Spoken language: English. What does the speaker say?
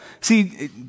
See